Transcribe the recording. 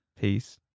Peace